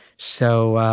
so